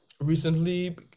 recently